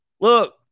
Look